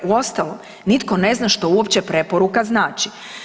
Uostalom nitko ne zna što uopće preporuka znači.